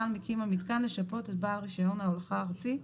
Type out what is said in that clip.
על מקים המיתקן לשפות את בעל רישיון ההולכה הארצי,